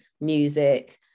music